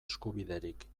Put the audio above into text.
eskubiderik